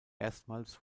erstmals